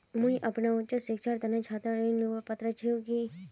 मुई अपना उच्च शिक्षार तने छात्र ऋण लुबार पत्र छि कि?